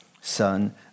son